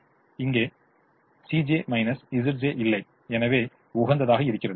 இங்கே Cj Zj இல்லை எனவே உகந்ததாக இருக்கிறது